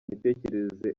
mitekerereze